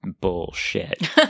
bullshit